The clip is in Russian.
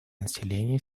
населения